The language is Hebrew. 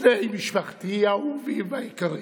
בני משפחתי האהובים והיקרים,